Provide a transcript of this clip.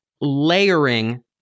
Layering